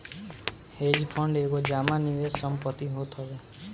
hedge fund एगो जमा निवेश संपत्ति होत हवे